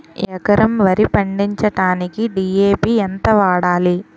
ఎకరం వరి పండించటానికి డి.ఎ.పి ఎంత వాడాలి?